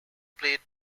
played